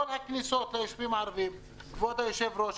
כל הכניסות ליישובים הערביים כבוד היושב-ראש,